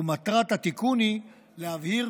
ומטרת התיקון היא להבהיר